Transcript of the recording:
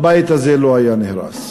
הבית הזה לא היה נהרס,